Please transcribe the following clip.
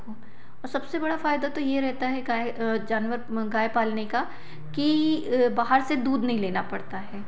और सबसे बड़ा फ़ायदा तो यह रहता है गाय जानवर गाय पालने का कि बाहर से दूध नहीं लेना पड़ता है